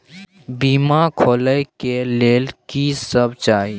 बीमा खोले के लेल की सब चाही?